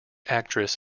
actress